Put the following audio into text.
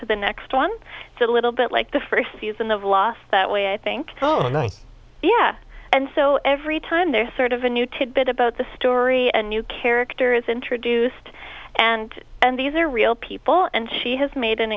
to the next one it's a little bit like the first season of lost that way i think oh yeah and so every time there's sort of a new tidbit about the story and new character is introduced and and these are real people and she has made an